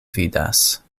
vidas